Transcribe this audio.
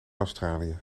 australië